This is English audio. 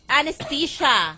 Anesthesia